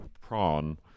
prawn